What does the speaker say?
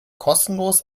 kostenlos